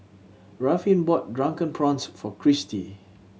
Ruffin bought Drunken Prawns for Cristy